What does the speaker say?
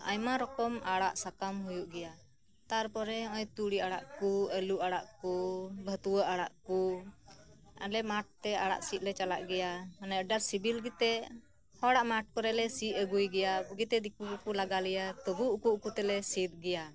ᱟᱭᱢᱟ ᱨᱚᱠᱚᱢ ᱟᱲᱟᱜ ᱥᱟᱠᱟᱢ ᱦᱩᱭᱩᱜ ᱜᱮᱭᱟ ᱛᱟᱨ ᱯᱚᱨᱮ ᱱᱚᱜᱼᱟᱭ ᱛᱩᱲᱤ ᱟᱲᱟᱜ ᱠᱚ ᱟᱞᱩ ᱟᱲᱟᱜ ᱠᱚ ᱵᱷᱟᱛᱣᱟ ᱟᱲᱟᱜ ᱠᱚ ᱟᱞᱮ ᱢᱟᱴᱷ ᱛᱮ ᱟᱲᱟᱜ ᱥᱤᱫ ᱞᱮ ᱪᱟᱞᱟᱜ ᱜᱮᱭᱟ ᱢᱟᱱᱮ ᱟᱰᱤ ᱟᱸᱴ ᱥᱤᱵᱤᱞ ᱜᱮᱛᱮ ᱦᱚᱲᱟᱜ ᱢᱟᱴᱷ ᱠᱚᱨᱮᱞᱮ ᱥᱤᱫ ᱟᱜᱩᱭ ᱜᱮᱭᱟ ᱵᱩᱜᱤᱛᱮ ᱫᱤᱠᱩ ᱠᱚ ᱞᱟᱜᱟ ᱞᱮᱭᱟ ᱛᱚᱵᱩ ᱩᱠᱩ ᱩᱠᱩ ᱛᱮᱞᱮ ᱥᱤᱫᱽ ᱜᱮᱭᱟ